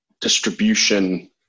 distribution